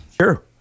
Sure